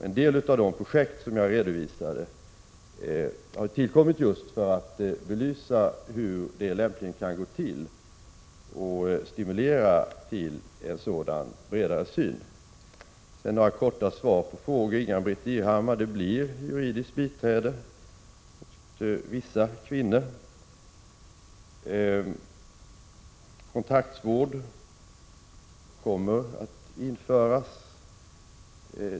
En del av de projekt som jag har redovisat har tillkommit just för att skydda älskare ch utsatts för misshandel belysa hur det lämpligen kan gå till att stimulera till en sådan bredare syn. Det blir, Ingbritt Irhammar, juridiskt biträde till vissa kvinnor. Kontraktsvård kommer att införas.